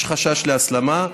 יש חשש להסלמה,